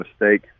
mistake